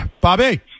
Bobby